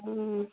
ও